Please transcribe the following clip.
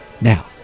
Now